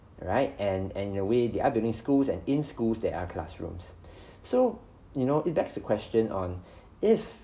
right and and the way they are building schools and in schools there are classrooms so you know it begs the question on if